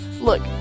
Look